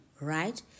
right